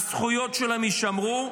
הזכויות שלהם יישמרו,